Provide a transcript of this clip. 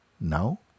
now